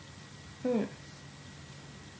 mm